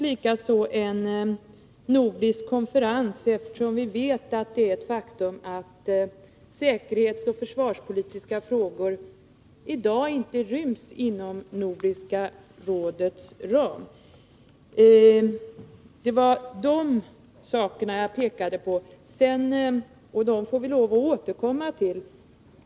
Likaså bör en nordisk konferens komma till stånd, eftersom det är ett faktum att säkerhetsoch försvarspolitiska frågor i dag inte ryms inom Nordiska rådets ram. Det var dessa saker jag pekade på, och dem får vi lov att återkomma till.